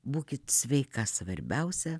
būkit sveika svarbiausia